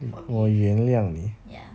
forgive ya